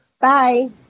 Bye